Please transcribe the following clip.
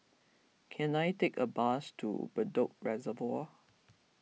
can I take a bus to Bedok Reservoir